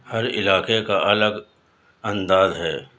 ہر علاقے کا الگ انداز ہے